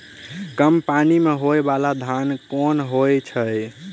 कम पानि मे होइ बाला धान केँ होइ छैय?